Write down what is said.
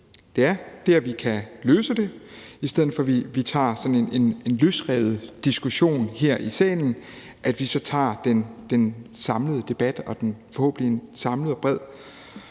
behandle lige om lidt. I stedet for at vi tager en løsrevet diskussion her i salen, tager vi så den samlede debat og finder forhåbentlig en samlet, bred